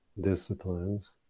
disciplines